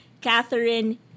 Catherine